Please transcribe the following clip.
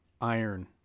iron